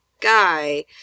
guy